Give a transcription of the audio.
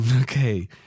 okay